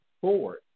forward